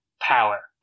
power